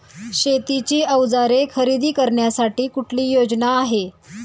शेतीची अवजारे खरेदी करण्यासाठी कुठली योजना आहे?